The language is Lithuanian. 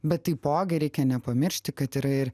bet taipogi reikia nepamiršti kad yra ir